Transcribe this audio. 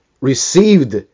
received